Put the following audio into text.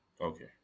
Okay